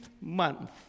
month